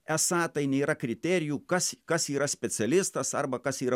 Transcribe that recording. esą tai nėra kriterijų kas kas yra specialistas arba kas yra